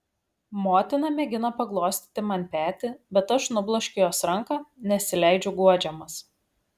motina mėgina paglostyti man petį bet aš nubloškiu jos ranką nesileidžiu guodžiamas